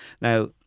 Now